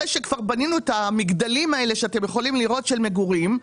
אחרי שכבר בנינו את המגדלים האלה שאתם יכולים לראות של מגורים,